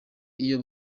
iyo